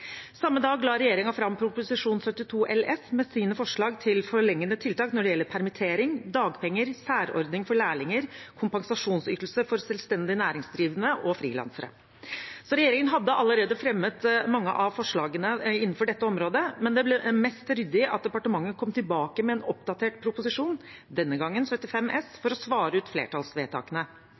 Samme dag la regjeringen fram Prop. 72 LS med sine forslag til forlengede tiltak når det gjelder permittering, dagpenger, særordning for lærlinger, kompensasjonsytelse for selvstendig næringsdrivende og frilansere. Regjeringen hadde allerede fremmet mange av forslagene innenfor dette området, men det ble mest ryddig at departementet kom tilbake med en oppdatert proposisjon – denne gangen Prop. 75 S – for å svare ut flertallsvedtakene.